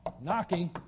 Knocking